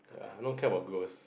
ya I don't care about ghost